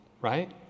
right